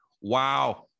wow